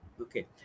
okay